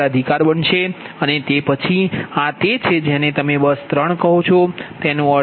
12 અધિકાર બનશે અને તે પછી આ તે છે જેને તમે બસ 3 કહો છો